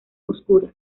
oscura